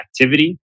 activity